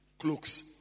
Cloaks